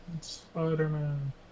spider-man